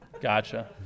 Gotcha